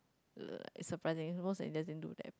uh it's surprising most Indians didn't do that